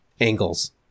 angles